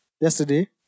yesterday